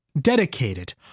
dedicated